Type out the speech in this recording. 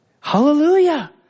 Hallelujah